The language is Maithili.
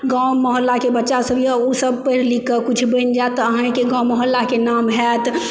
गाँव मोहल्लाके बच्चा सब यऽ ओ सब पैढ़ लिख कऽ किछु बनि जाएत तऽ अहींके गाँव मोहल्लाके नाम होएत